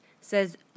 says